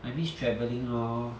I miss travelling lor